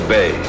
Bay